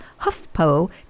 HuffPo